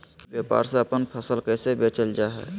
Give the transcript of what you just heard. ई व्यापार से अपन फसल कैसे बेचल जा हाय?